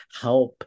help